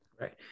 Right